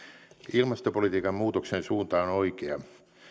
ilmastopolitiikan muutoksen suunta on oikea